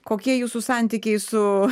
kokie jūsų santykiai su